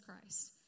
Christ